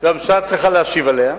והממשלה צריכה להשיב עליה,